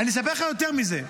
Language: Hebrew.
אספר לך יותר מזה: